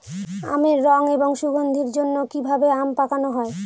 আমের রং এবং সুগন্ধির জন্য কি ভাবে আম পাকানো হয়?